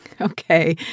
Okay